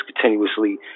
continuously